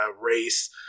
race